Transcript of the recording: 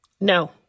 no